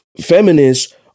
feminists